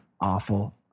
awful